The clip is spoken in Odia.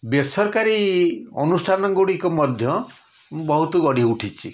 ବେସରକାରୀ ଅନୁଷ୍ଠାନ ଗୁଡ଼ିକ ମଧ୍ୟ ବହୁତ ଗଢ଼ି ଉଠିଛି